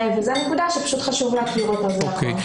וזו נקודה שפשוט חשוב להכיר אותה, זה הכול.